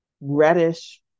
reddish